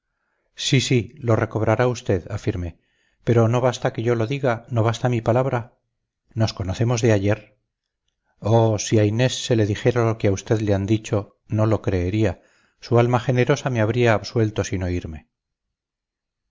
sí sí lo recobrará usted afirmé pero no basta que yo lo diga no basta mi palabra nos conocemos de ayer oh si a inés se le dijera lo que a vd han dicho no lo creería su alma generosa me habría absuelto sin oírme